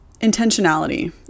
intentionality